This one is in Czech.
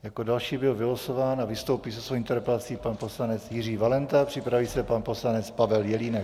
Jako další byl vylosován a vystoupí se svou interpelací pan poslanec Jiří Valenta, připraví se pan poslanec Pavel Jelínek.